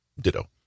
Ditto